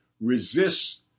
resists